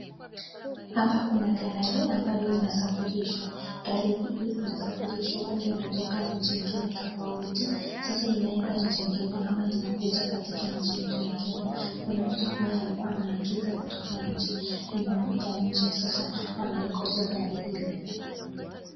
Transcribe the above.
Hapa kuna gari ambayo inasafirishwa. Gari hii uinasafirishwa huenda ilitoka nchi ngine tofauti sasa inaenda nchi ngine ama inakuja katika nchi yetu ya Kenya. Kuna mtu ambaye alikuwa ameagiza kutoka nchi ya nje sasa anaingoja gari hili.